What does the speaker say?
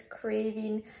craving